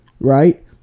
right